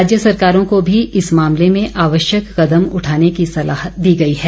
राज्य सरकारों को भी इस मामले में आवश्यक कदम उठाने की सलाह दी गई है